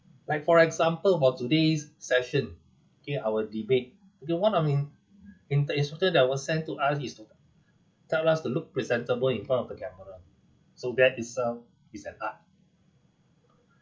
like for example for today's session okay our debate okay one of in~ the instruction that was sent to us is to tell us to look presentable in front of the camera so that itself is an art